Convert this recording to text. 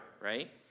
right